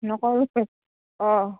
নকৰোঁ অঁ